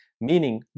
meaning